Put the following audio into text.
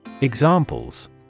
Examples